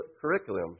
curriculum